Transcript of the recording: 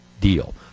deal